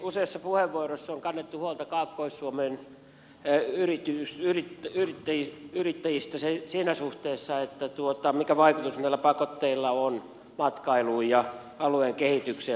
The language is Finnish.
useissa puheenvuoroissa on kannettu huolta kaakkois suomen yrittäjistä siinä suhteessa mikä vaikutus näillä pakotteilla on matkailuun ja alueen kehitykseen logistiikkaan